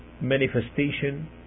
manifestation